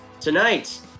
Tonight